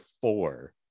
four